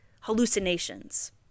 hallucinations